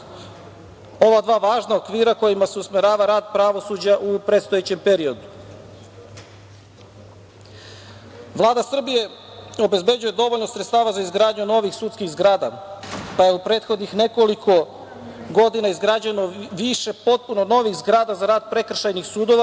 ova dva važna okvira, kojima se usmerava rad pravosuđa u predstojećem periodu. Vlada Srbije obezbeđuje dovoljno sredstava za izgradnju novih sudskih zgrada, pa je u prethodnih nekoliko godina izgrađeno više potpuno novih zgrada za rad prekršajnih sudova